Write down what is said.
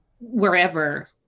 wherever